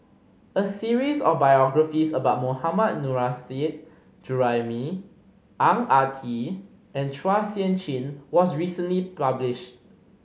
a series of biographies about Mohammad Nurrasyid Juraimi Ang Ah Tee and Chua Sian Chin was recently publish